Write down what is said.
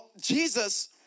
Jesus